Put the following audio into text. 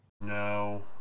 No